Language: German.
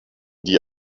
die